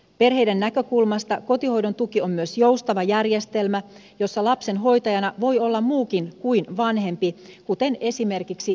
perheiden näkökulmasta kotihoidon tuki on myös joustava järjestelmä jossa lapsen hoitajana voi olla muukin kuin vanhempi kuten esimerkiksi isovanhempi